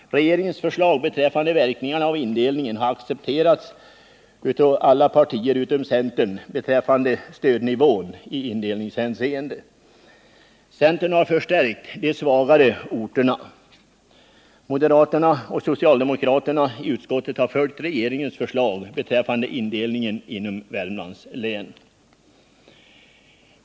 Regeringens förslag beträffande verkningarna av indelningen har accepterats av alla partier utom av centern beträffande stödnivån i indelningshänseende. Centern har förstärkt de svagaste orterna. Moderaterna och socialdemokraterna i utskottet har följt regeringens förslag beträffande indelningen inom Värmlands län.